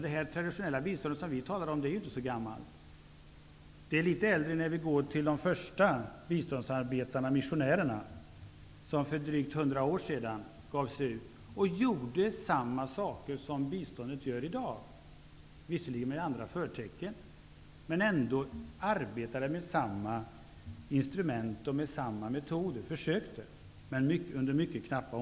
Det traditionella bistånd som vi här talar om är inte så gammalt. Litet längre bak i tiden ligger den verksamhet som bedrevs av de första biståndsarbetarna, missionärerna. De gav sig ut i världen för drygt 100 år sedan, och de gjorde då samma saker som biståndsarbetare gör i dag. Visserligen hade deras verksamhet andra förtecken, men de arbetade ändå med samma instrument och samma metoder. De försökte åtminstone, men omständigheterna var mycket knappa.